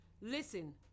Listen